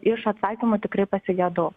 iš atsakymų tikrai pasigedau